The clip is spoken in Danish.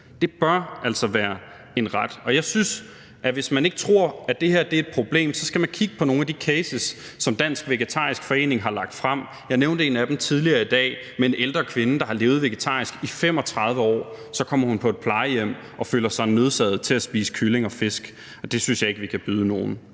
Det bør altså være en ret. Og jeg synes, at hvis man ikke tror, at det her er et problem, skal man kigge på nogle af de cases, som Dansk Vegetarisk Forening har lagt frem. Jeg nævnte en af dem tidligere i dag om en ældre kvinde, der har levet vegetarisk i 35 år. Så kom hun på et plejehjem og følte sig nødsaget til at spise kylling og fisk. Det synes jeg ikke at vi kan byde nogen